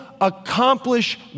accomplish